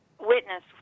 witness